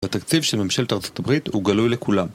התקציב של ממשלת ארצות הברית הוא גלוי לכולם